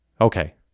Okay